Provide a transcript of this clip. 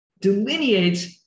delineates